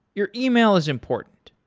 your yeah e-mail is important.